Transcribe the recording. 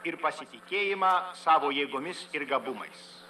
ir pasitikėjimą savo jėgomis ir gabumais